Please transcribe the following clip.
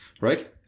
right